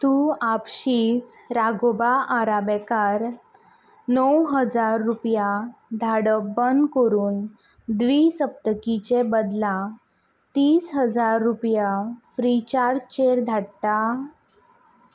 तूं आपशीच राघोबा आराबेकार णव हजार रुपया धाडप बंद करून द्वी सप्तकीचे बदला तीस हजार रुपया फ्रीचार्जचेर धाडटा